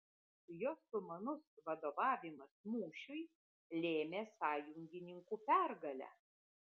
jo sumanus vadovavimas mūšiui lėmė sąjungininkų pergalę